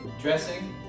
dressing